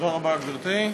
תודה רבה, גברתי.